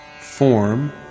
form